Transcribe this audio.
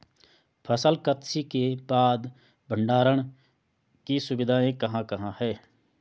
फसल कत्सी के बाद भंडारण की सुविधाएं कहाँ कहाँ हैं?